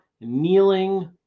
kneeling